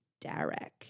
Derek